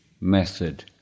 method